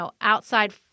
outside